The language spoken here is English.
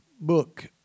book